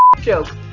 joke